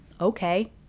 Okay